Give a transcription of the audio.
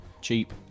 cheap